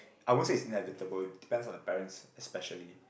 I won't say it's inevitable it depends on the parents especially